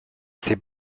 ces